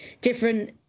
different